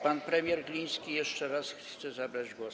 Pan premier Gliński jeszcze raz chce zabrać głos.